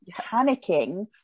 panicking